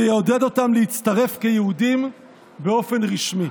שיעודד אותם להצטרף כיהודים באופן רשמי.